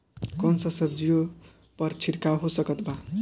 कौन सा सब्जियों पर छिड़काव हो सकत बा?